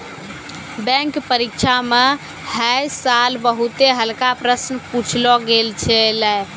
bank परीक्षा म है साल बहुते हल्का प्रश्न पुछलो गेल छलै